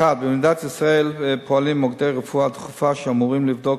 1. במדינת ישראל פועלים מוקדי רפואה דחופה שאמורים לבדוק